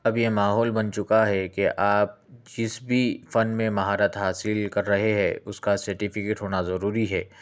اب یہ ماحول بن چُکا ہے کہ آپ جس بھی فن میں مہارت حاصل کر رہے ہے اُس کا سرٹیفکٹ ہونا ضروری ہے